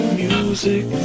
music